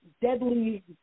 deadly